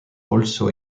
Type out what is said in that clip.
also